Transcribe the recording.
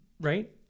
right